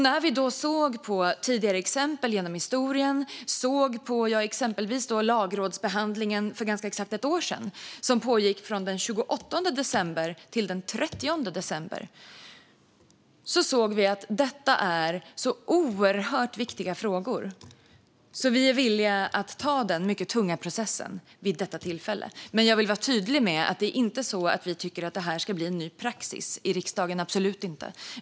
När vi har tittat på andra exempel genom historien, exempelvis lagrådsbehandlingen för ganska exakt ett år sedan, som pågick från den 28 december till den 30 december, såg vi att detta är oerhört viktiga frågor, och därför är vi villiga att ta denna mycket tunga process vid detta tillfälle. Men jag vill vara tydlig med att det inte är så att vi tycker att detta ska bli en ny praxis i riksdagen - absolut inte.